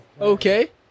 Okay